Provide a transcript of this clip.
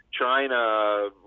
China